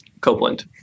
Copeland